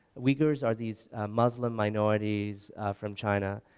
weigers are these muslim minorities from china,